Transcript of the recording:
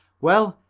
well,